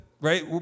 right